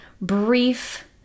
brief